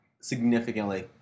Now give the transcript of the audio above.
significantly